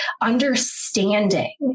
understanding